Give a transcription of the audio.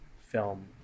film